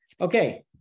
Okay